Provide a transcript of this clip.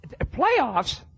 Playoffs